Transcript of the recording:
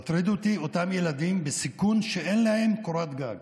מטרידים אותי אותם ילדים בסיכון שאין להם קורת גג